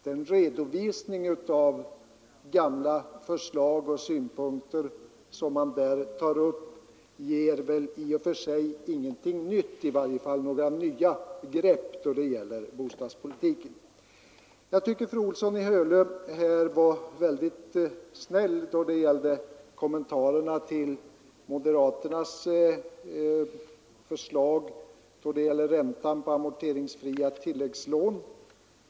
Den redovisning av gamla förslag och synpunkter som man där tar upp ger i och för sig ingenting nytt, i varje fall inte några nya grepp då det gäller bostadspolitiken. Jag tycker att fru Olsson i Hölö var mycket snäll i sina kommentarer till moderaternas förslag angående räntan på amorteringsfria tilläggslån.